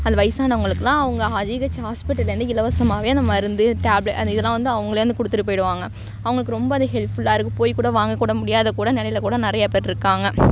அந்த வயதானவங்களுக்குலாம் அவங்க ஜிஹெச் ஹாஸ்பிட்டலேருந்து இலவசமாகவே அந்த மருந்து டேப்லட் அந்த இதெல்லாம் வந்து அவங்களே வந்து கொடுத்துட்டு போயிடுவாங்க அவங்களுக்கு ரொம்ப அது ஹெல்ப்ஃபுல்லாக இருக்குது போய் கூட வாங்க கூட முடியாத கூட நெலையில் கூட நிறையா பேர் இருக்காங்க